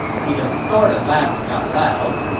he then started laughing out loud.